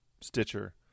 Stitcher